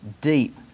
deep